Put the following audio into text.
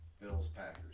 Bills-Packers